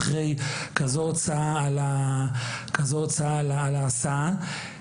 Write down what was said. אחרי הוצאה כזו על ההסעה.